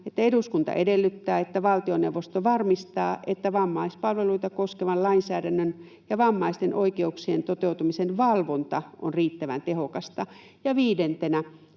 ”Eduskunta edellyttää, että valtioneuvosto varmistaa, että vammaispalveluita koskevan lainsäädännön ja vammaisten oikeuksien toteutumisen valvonta on riittävän tehokasta.” Ja viidentenä: